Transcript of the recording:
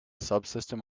subsystem